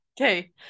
Okay